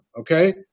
okay